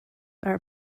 are